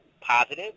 positive